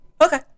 Okay